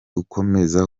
ukomeze